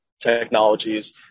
technologies